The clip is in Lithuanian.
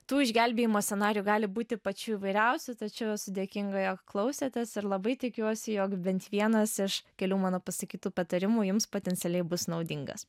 tų išgelbėjimo scenarijų gali būti pačių įvairiausių tačiau esu dėkinga jog klausėtės ir labai tikiuosi jog bent vienas iš kelių mano pasakytų patarimų jums potencialiai bus naudingas